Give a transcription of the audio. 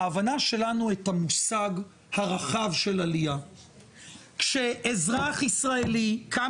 ההבנה שלנו לגבי המושג עלייה שאזרח ישראלי קם